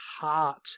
heart